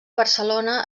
barcelona